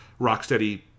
Rocksteady